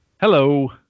hello